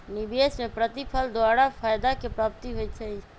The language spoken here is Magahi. निवेश में प्रतिफल द्वारा फयदा के प्राप्ति होइ छइ